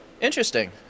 Interesting